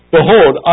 Behold